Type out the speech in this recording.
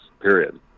Period